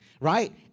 right